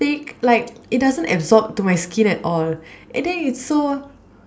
thick like it doesn't absorb to my skin at all and then it's so